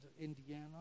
Indiana